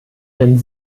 wenn